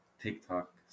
TikTok